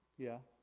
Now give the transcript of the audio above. yeah?